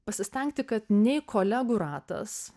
pasistengti kad nei kolegų ratas